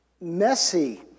messy